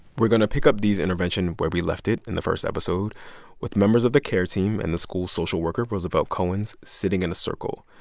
we're going to pick up d's intervention where we left it in the first episode with members of the care team and the school social worker, roosevelt cohens, sitting in a circle.